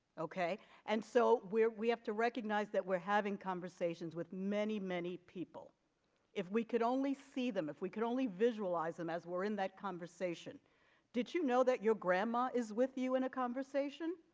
ok and so we're we have to recognize that we're having conversations with many many people if we could only see them if we could only visualize them as we're in that conversation did you know that your grandma is with you in a conversation